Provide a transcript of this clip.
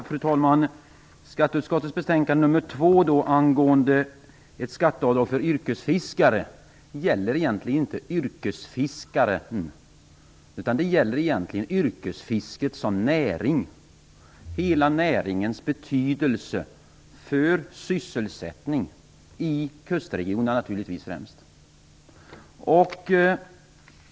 Fru talman! Skatteutskottets betänkande 2 angående ett skatteavdrag för yrkesfiskare gäller egentligen inte yrkesfiskaren, utan yrkesfisket som näring, hela näringens betydelse för sysselsättning i naturligtvis främst kustregionerna.